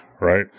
right